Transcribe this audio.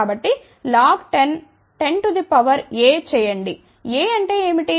కాబట్టిలాగ్ 1010 to the power A చేయండి A అంటే ఏమిటి